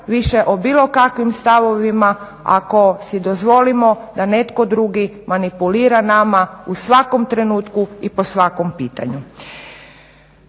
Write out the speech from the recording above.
više o bilo kakvim stavovima ako si dozvolimo da netko drugi manipulira nama u svakom trenutku i po svakom pitanju.